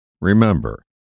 Remember